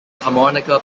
harmonica